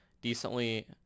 decently